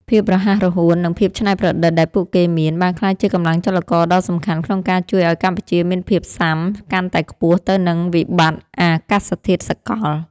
ភាពរហ័សរហួន និងភាពច្នៃប្រឌិតដែលពួកគេមាន បានក្លាយជាកម្លាំងចលករដ៏សំខាន់ក្នុងការជួយឱ្យកម្ពុជាមានភាពស៊ាំកាន់តែខ្ពស់ទៅនឹងវិបត្តិអាកាសធាតុសកល។